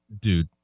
dude